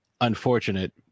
unfortunate